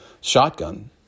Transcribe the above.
shotgun